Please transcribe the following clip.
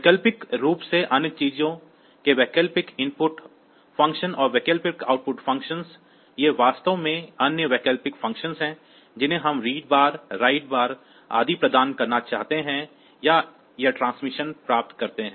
वैकल्पिक रूप से अन्य चीजों के वैकल्पिक इनपुट फ़ंक्शन और वैकल्पिक आउटपुट फ़ंक्शंस ये वास्तव में अन्य वैकल्पिक फ़ंक्शंस हैं जिन्हें हम रीड बार राइट बार आदि प्रदान करना चाहते हैं या यह ट्रांसमिशन प्राप्त करते हैं